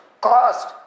cost